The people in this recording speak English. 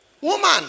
woman